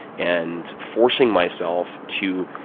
and forcing myself to,